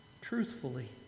truthfully